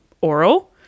oral